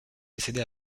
décédé